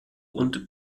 und